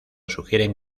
sugieren